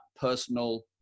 personal